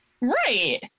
Right